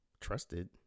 trusted